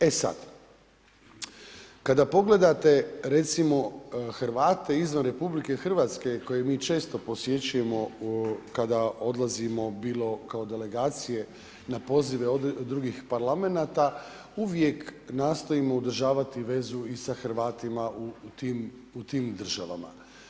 E sada, kada pogledate recimo Hrvate izvan RH koje mi često posjećujemo kada odlazimo bilo kao delegacije na pozive drugih parlamenata, uvijek nastojimo održavati vezu i sa Hrvatima u tim državama.